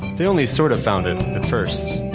they only sort of found it, at first.